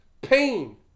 Pain